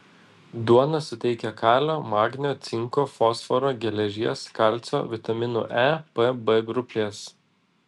duona suteikia kalio magnio cinko fosforo geležies kalcio vitaminų e p b grupės